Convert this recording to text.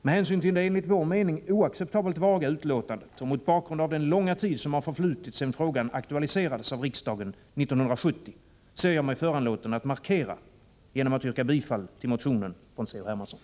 Med hänsyn till det enligt vår mening oacceptabelt vaga utlåtandet och mot bakgrund av den långa tid som förflutit sedan frågan aktualiserades av riksdagen 1970 ser jag mig föranlåten att göra en markering genom att yrka bifall till motionen från C.-H. Hermansson.